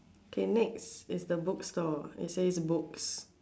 okay next is the bookstore it says books